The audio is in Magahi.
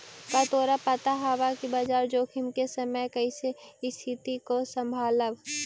का तोरा पता हवअ कि बाजार जोखिम के समय में कइसे स्तिथि को संभालव